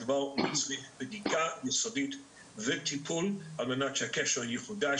הדבר מצריך בדיקה יסודית וטיפול על מנת שהקשר יחודש,